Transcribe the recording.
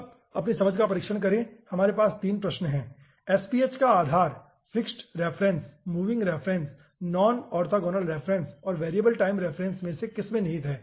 अब अपनी समझ का परीक्षण करें हमारे पास 3 प्रश्न हैं SPH का आधार fixed reference moving reference non orthogonal reference और वेरिएबल टाइम रिफरेन्स में से किस में निहित है